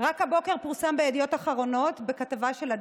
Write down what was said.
של כמה חברות כנסת שרוצות לקדם את